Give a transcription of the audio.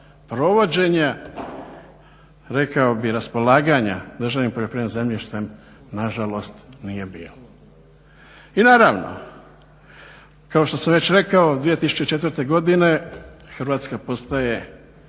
provođenje rekao bih raspolaganja državnim poljoprivrednim zemljištem nažalost nije bilo. I naravno kao što sam već rekao 2004. godine Hrvatska postaje